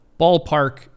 ballpark